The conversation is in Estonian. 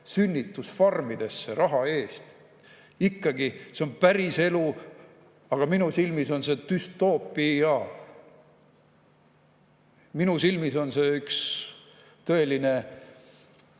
sünnitusfarmidesse raha eest. See on päriselu, aga minu silmis on see düstoopia. Minu silmis on see üks tõeline,